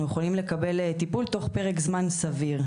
יכולים לקבל טיפול תוך פרק זמן סביר.